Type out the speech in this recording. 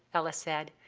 ella said,